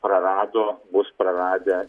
prarado bus praradę